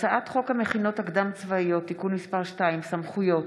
הצעת חוק המכינות הקדם-צבאיות (תיקון מס' 2) (סמכויות),